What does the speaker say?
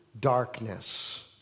darkness